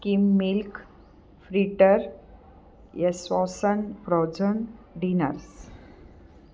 scheme milk fritter यस्वाॅसन frozen dinners